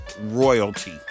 royalty